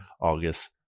August